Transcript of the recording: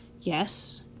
Yes